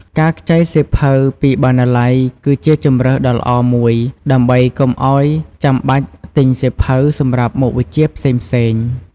ការខ្ចីសៀវភៅពីបណ្ណាល័យគឺជាជម្រើសដ៏ល្អមួយដើម្បីកុំឱ្យចាំបាច់ទិញសៀវភៅសម្រាប់មុខវិជ្ជាផ្សេងៗ។